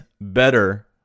better